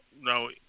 no